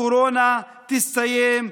הקורונה תסתיים,